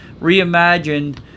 reimagined